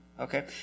Okay